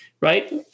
right